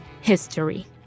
history